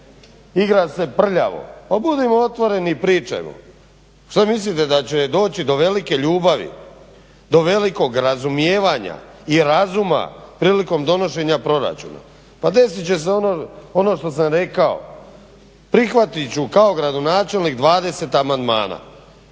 igra se prljavo. Pa budimo otvoreni i pričajmo. Što mislite da će doći do velike ljubavi, do velikog razumijevanja i razuma prilikom donošenja proračuna? Pa desit će se ono što sam rekao, prihvatit ću kao gradonačelnik 20 amandmana,